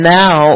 now